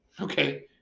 Okay